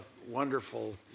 wonderful